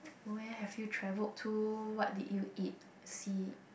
where have you traveled to what did you eat see